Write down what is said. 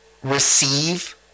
receive